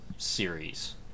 series